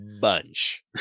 bunch